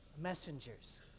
messengers